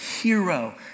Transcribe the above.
hero